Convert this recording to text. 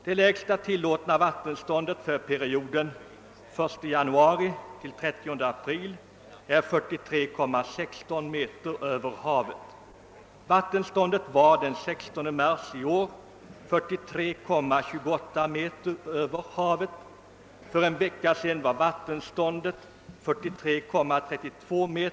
Det lägsta tillåtna vattenståndet 1 januari— 30 april är 43,16 meter över havet. Den 16 mars i år var vattenståndet 43,28 meter över havet och en vecka tidigare var det 43,32 meter.